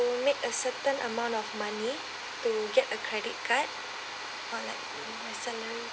make a certain amount of money to get a credit card or like my salary